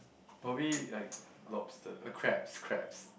probably like lobster uh crabs crabs